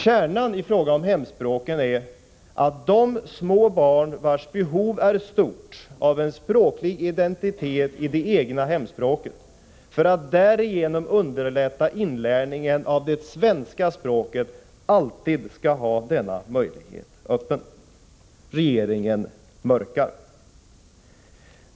Kärnan i fråga om hemspråken är att de små barn som har ett behov av en språklig identitet i det egna hemspråket för att därigenom kunna underlätta sin inlärning av det svenska språket alltid skall ha en möjlighet öppen för att underlätta den inlärningen. Men regeringen ”mörkar”.